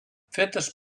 fetes